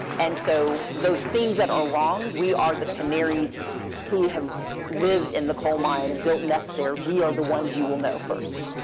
and so those things that are wrong, we are the canaries who have lived in the coal mine, built nests there. we are the ones you will know first.